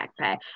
backpack